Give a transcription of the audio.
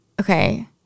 Okay